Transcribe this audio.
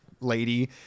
lady